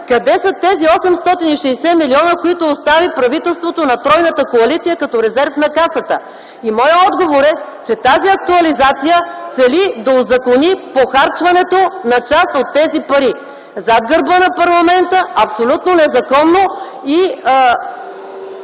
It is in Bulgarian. къде са тези 860 млн. лв., които остави правителството на тройната коалиция като резерв на Касата? Моят отговор е, че тази актуализация цели да узакони похарчването на част от тези пари зад гърба на парламента, абсолютно незаконно